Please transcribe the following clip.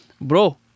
Bro